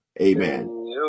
Amen